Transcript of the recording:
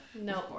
no